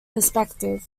perspective